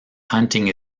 hunting